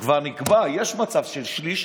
שכבר נקבע, יש מצב של שליש.